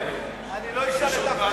אני לא אשאל אף אחד,